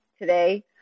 today